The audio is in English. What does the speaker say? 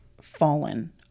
fallen